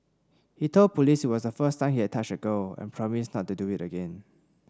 he told police it was the first time he had touched a girl and promised not to do it again